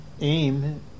aim